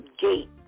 gate